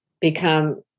become